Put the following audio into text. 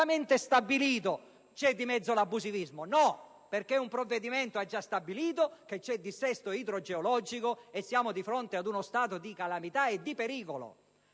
stabilito che c'è di mezzo l'abusivismo. No, perché un provvedimento ha già stabilito che c'è dissesto idrogeologico e che siamo di fronte ad uno stato di calamità e di pericolo.